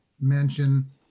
mention